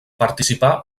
participà